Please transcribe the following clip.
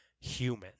human